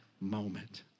moment